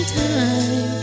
time